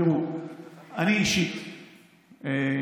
תראו, אני אישית חושב